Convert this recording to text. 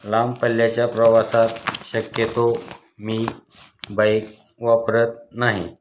लांब पल्ल्याच्या प्रवासात शक्यतो मी बाईक वापरत नाही